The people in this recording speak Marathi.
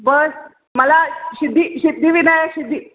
बस मला सिध्दी सिध्दीविनायक सिध्दी